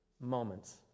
moments